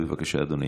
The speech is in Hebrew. בבקשה, אדוני.